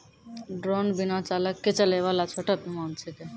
drone बिना चालक के चलै वाला छोटो विमान छेकै